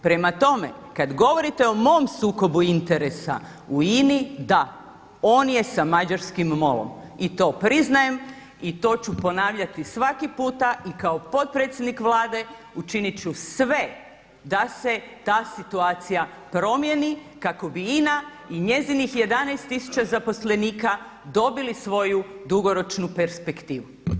Prema tome, kada govorite o mom sukobu interesa u INA-i da, on je samo mađarskim MOL-om i to priznajem i to ću ponavljati svaki puta i kao potpredsjednik Vlade učinit ću sve da se ta situacija promijeni kako bi INA i njezinih 11 tisuća zaposlenika dobili svoju dugoročnu perspektivu.